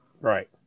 Right